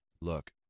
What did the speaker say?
look